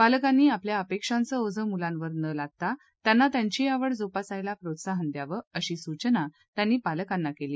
पालकांनी आपल्या अपेक्षाचं ओझं मुलांवर न लादता त्यांना त्यांची आवड जोपासायला प्रोत्साहन द्यावं अशी सूचना त्यांनी पालकांना केली